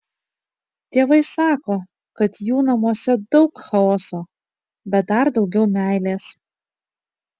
tėvai sako kad jų namuose daug chaoso bet dar daugiau meilės